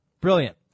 Brilliant